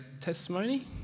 testimony